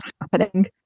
happening